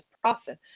process